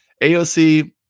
AOC